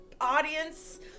audience